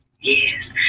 Yes